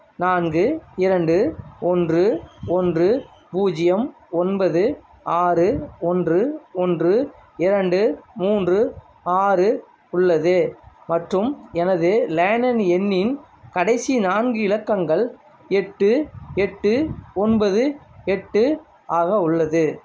நான்கு இரண்டு ஒன்று ஒன்று பூஜ்ஜியம் ஒன்பது ஆறு ஒன்று ஒன்று இரண்டு மூன்று ஆறு உள்ளது மற்றும் எனது லேண்ட்லைன் எண்ணின் கடைசி நான்கு இலக்கங்கள் எட்டு எட்டு ஒன்பது எட்டு ஆக உள்ளது